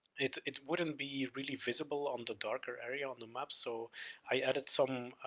it, it wouldn't be really visible on the darker area on the map so i added some